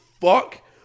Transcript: fuck